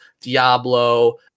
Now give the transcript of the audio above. Diablo